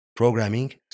Programming